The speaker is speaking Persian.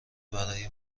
برای